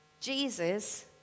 Jesus